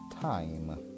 time